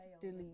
delete